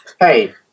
Hey